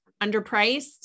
underpriced